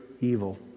evil